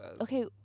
Okay